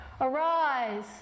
Arise